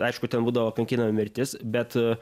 aišku ten būdavo kankinama mirtis bet